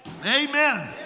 Amen